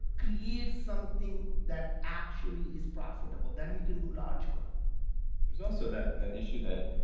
create something that actually is profitable, then you can do large good there's also that that issue that,